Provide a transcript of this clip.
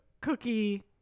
cookie